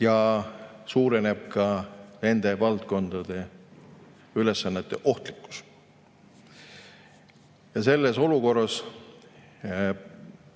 ja suureneb ka nende valdkondade ülesannete ohtlikkus. Selles olukorras